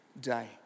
Day